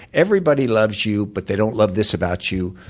everybody loves you but they don't love this about you,